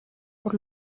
por